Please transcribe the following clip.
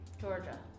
Georgia